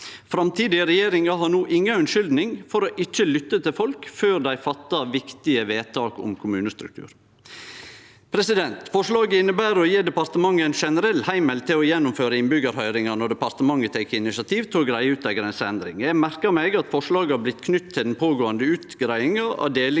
Framtidige regjeringar har no inga unnskyldning for ikkje å lytte til folk før dei fattar viktige vedtak om kommunestruktur. Forslaget inneber å gje departementet ein generell heimel til å gjennomføre innbyggjarhøyringar når departementet tek initiativ til å greie ut ei grenseendring. Eg merkar meg at forslaga har blitt knytte til den pågåande utgreiinga om deling